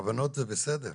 כוונות זה בסדר.